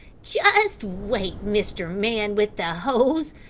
just wait, mr. man with the hose,